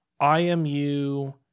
IMU